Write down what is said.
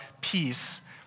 peace